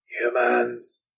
Humans